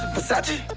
versace,